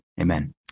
Amen